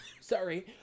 Sorry